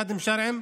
קאדים שרעיים,